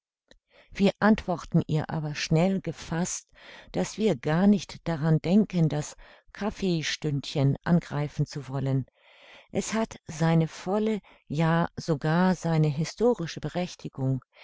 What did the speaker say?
wir antworten ihr aber schnell gefaßt daß wir gar nicht daran denken das kaffeestündchen angreifen zu wollen es hat seine volle ja sogar seine historische berechtigung